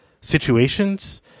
situations